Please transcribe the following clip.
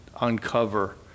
uncover